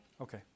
Okay